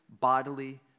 bodily